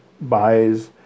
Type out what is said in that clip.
buys